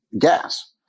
gas